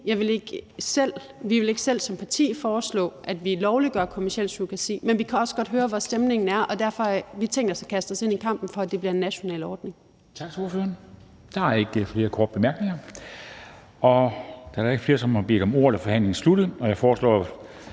Vi vil ikke selv som parti foreslå, at vi lovliggør kommerciel surrogati, men vi kan også godt høre, hvor stemningen er, og derfor har vi tænkt os at kaste os ind i kampen for, at det bliver en national ordning.